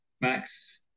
Max